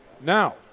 Now